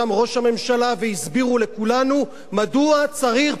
והסבירו לכולנו מדוע צריך בחירות מוקדמות,